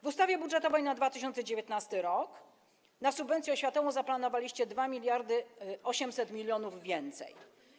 W ustawie budżetowej na 2019 r. na subwencję oświatową zaplanowaliście 2800 mln więcej.